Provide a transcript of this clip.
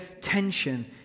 tension